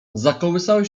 zakołysały